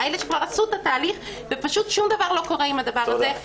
אלה שכבר עשו את התהליך ופשוט שום דבר לא קורה עם הדבר הזה.